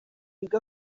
wiga